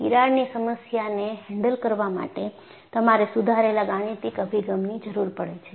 તિરાડની સમસ્યાને હેન્ડલ કરવા માટે તમારે સુધારેલા ગાણિતિક અભિગમની જરૂર પડે છે